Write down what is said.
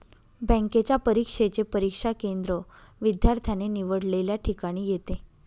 बँकेच्या परीक्षेचे परीक्षा केंद्र विद्यार्थ्याने निवडलेल्या ठिकाणी येते